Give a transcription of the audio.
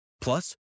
Plus